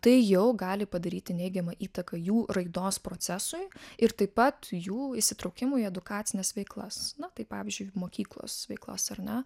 tai jau gali padaryti neigiamą įtaką jų raidos procesui ir taip pat jų įsitraukimui į edukacines veiklas na tai pavyzdžiui mokyklos veiklos ar ne